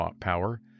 power